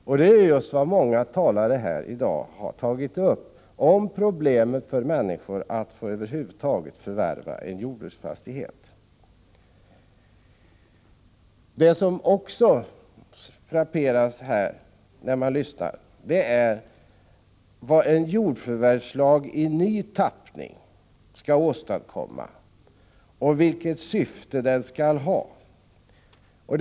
Många talare har också här i dag tagit upp problemet att över huvud taget få förvärva en jordbruksfastighet. När man har lyssnat till debatten har man också frågat sig vad en jordförvärvslag i ny tappning skulle kunna åstadkomma och vilket syfte den skulle ha.